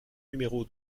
numéro